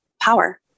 power